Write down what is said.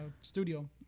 Studio